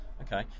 Okay